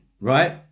Right